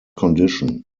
condition